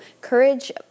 Courage